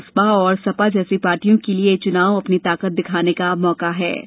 वहीं बसपा और सपा जैसी पार्टियों के लिए यह चुनाव अपनी ताकत दिखाने का मौका है